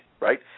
right